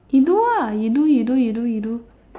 you do lah you do you do you do you do